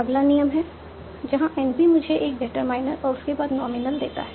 अगला नियम है जहां NP मुझे एक डिटरमाइनर और उसके बाद नॉमिनल देता है